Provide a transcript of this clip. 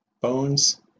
Bones